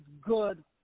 good